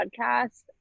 podcast